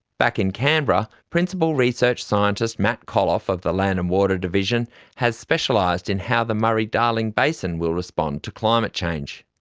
back in canberra, principal research scientist matt colloff of the land and water division has specialised in how the murray darling basin will respond to climate change.